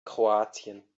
kroatien